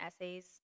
essays